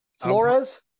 Flores